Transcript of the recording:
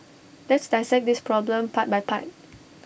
let's dissect this problem part by part